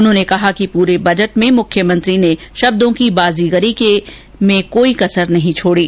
उन्होंने कहा कि पूरे बजट में मुख्यमंत्री ने शब्दों की बाजीगरी में कोई कसर नहीं छोडी